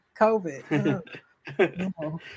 COVID